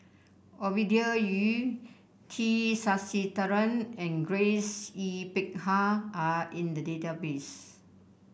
Ovidia Yu T Sasitharan and Grace Yin Peck Ha are in the database